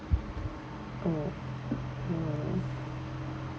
mm mm